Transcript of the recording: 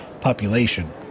population